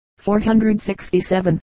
467